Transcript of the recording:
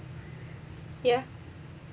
ya